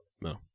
no